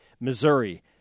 Missouri